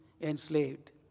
enslaved